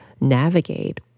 navigate